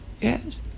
yes